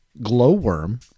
glowworm